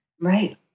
Right